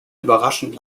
überraschend